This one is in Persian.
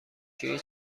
شویی